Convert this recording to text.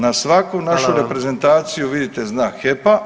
Na svaku našu reprezentaciju vidite znak HEP-a.